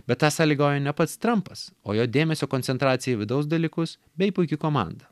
bet tą sąlygojo ne pats trampas o jo dėmesio koncentracija į vidaus dalykus bei puiki komanda